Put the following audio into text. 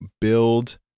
build